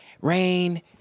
rain